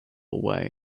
away